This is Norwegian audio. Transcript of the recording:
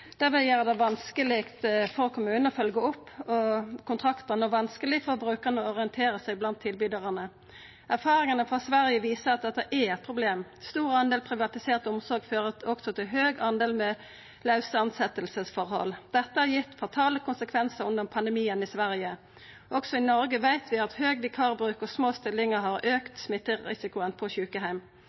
Det vil gjera det vanskeleg for kommunen å følgja opp kontrakten og vanskeleg for brukarane å orientera seg blant tilbydarane. Erfaringane frå Sverige viser at dette er eit problem. Stor andel privatisert omsorg fører også til høg andel med lause tilsettingsforhold. Dette har gitt fatale konsekvensar under pandemien i Sverige. Også i Noreg veit vi at høg vikarbruk og små stillingar har auka smitterisikoen på